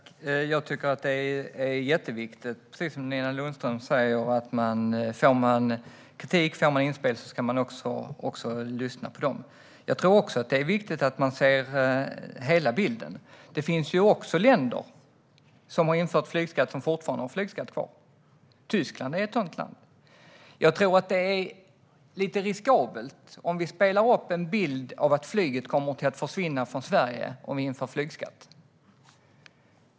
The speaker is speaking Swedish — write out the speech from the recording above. Herr talman! Jag tycker att det är jätteviktigt, precis som Nina Lundström säger, att när man får kritik och inspel ska man också lyssna på detta. Jag tror också att det är viktigt att man ser hela bilden. Det finns ju även länder som har infört flygskatt och som fortfarande har flygskatt kvar. Tyskland är ett sådant land. Jag tror att det är lite riskabelt om vi målar upp en bild av att flyget kommer att försvinna från Sverige om vi inför flygskatt.